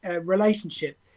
relationship